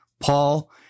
paul